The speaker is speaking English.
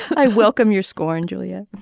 i welcome your scorn julia